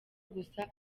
gusa